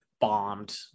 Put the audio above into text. bombed